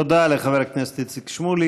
תודה לחבר הכנסת איציק שמולי.